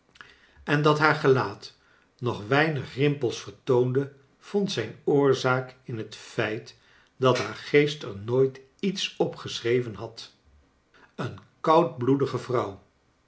en dat haar gelaat nog weinig rimpels vertoonde vond zijn oorzaak in het feit dat haar geest er nooit iets op geschreven had een koudbloedige